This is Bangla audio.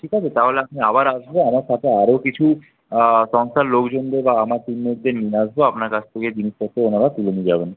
ঠিক আছে তাহলে আমি আবার আসবো আমার সাথে আরও কিছু সংস্থার লোকজনদের আমার টিমমেটদের নিয়ে আসবো আপনার কাছ থেকে জিনিসপত্র ওনারা তুলে নিয়ে যাবেন